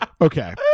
Okay